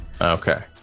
Okay